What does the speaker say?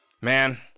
man